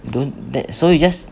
don't that so you just